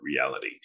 Reality